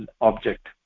object